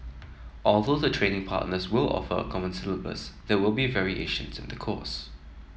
although the training partners will offer a common syllabus there will be variations in the course